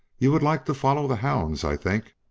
you would like to follow the hounds, i think.